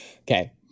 Okay